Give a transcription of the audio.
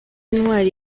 intwaro